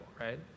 right